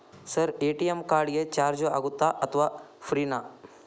Sir ATM card ಗೆ charge ಆಗುತ್ತಾ ಅಥವಾ ಫ್ರೇ ನಾ?